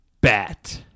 bat